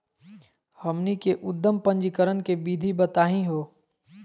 हमनी के उद्यम पंजीकरण के विधि बताही हो?